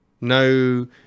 No